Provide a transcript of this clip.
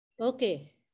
Okay